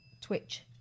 Twitch